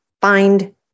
find